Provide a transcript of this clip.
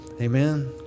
Amen